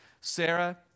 Sarah